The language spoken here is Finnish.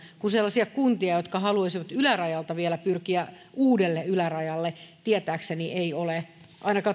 kun sellaisia kuntia jotka haluaisivat ylärajalta vielä pyrkiä uudelle ylärajalle tietääkseni ei ole ainakaan